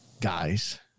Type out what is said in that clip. guys